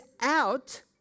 out